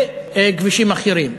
וכבישים אחרים.